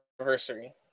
anniversary